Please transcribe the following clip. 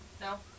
No